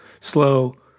Slow